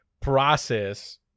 process